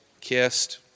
kissed